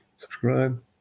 subscribe